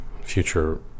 future